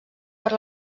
per